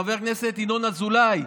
חבר הכנסת ינון אזולאי,